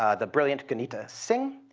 ah the brilliant gunita singh.